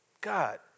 God